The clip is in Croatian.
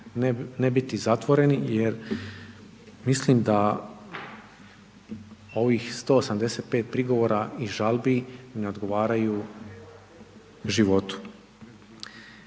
ne biti zatvoreni jer mislim da ovih 185 prigovora i žalbi ne odgovaraju životu.